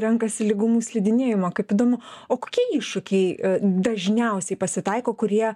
renkasi lygumų slidinėjimą kaip įdomu o kokie iššūkiai dažniausiai pasitaiko kurie